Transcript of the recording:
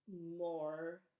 more